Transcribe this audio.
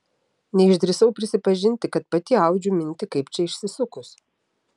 neišdrįsau prisipažinti kad pati audžiu mintį kaip čia išsisukus